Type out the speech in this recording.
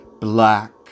black